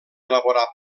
elaborar